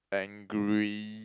angry